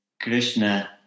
Krishna